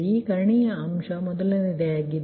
ಈ ಕರ್ಣೀಯ ಅಂಶ ಮೊದಲನೆಯದಾಗಿದೆ